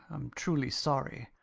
i'm truly sorry.